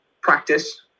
practice